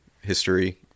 history